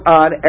on